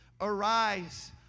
Arise